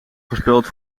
voorspeld